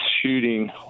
shooting